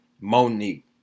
Monique